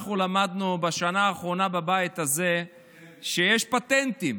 אנחנו למדנו בשנה האחרונה בבית הזה שיש פטנטים,